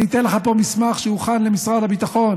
אני אתן לך פה מסמך שהוכן למשרד הביטחון